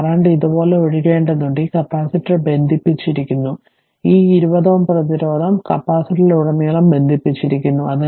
അതിനാൽ കറന്റ് ഇതുപോലെ ഒഴുകേണ്ടതുണ്ട് ഈ കപ്പാസിറ്റർ ബന്ധിപ്പിച്ചിരിക്കുന്നു ഈ 20 Ω പ്രതിരോധം കപ്പാസിറ്ററിലുടനീളം ബന്ധിപ്പിച്ചിരിക്കുന്നു